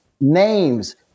names